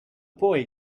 boy